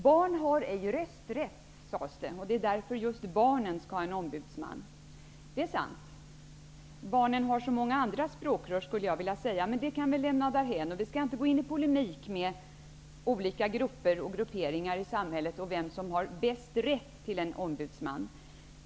Barn har ej rösträtt, sades det, och just därför skall barnen ha en ombudsman. Det är sant att barn inte har rösträtt, men barnen har så många andra språkrör, skulle jag vilja säga. Men det kan vi lämna därhän. Vi skall inte gå in i polemik med olika grupper och grupperingar i samhället om vem som har bäst rätt till en ombudsman.